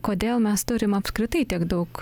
kodėl mes turim apskritai tiek daug